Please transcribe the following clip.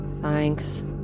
Thanks